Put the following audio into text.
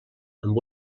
amb